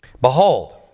Behold